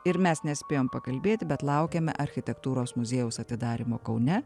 ir mes nespėjom pakalbėti bet laukiame architektūros muziejaus atidarymo kaune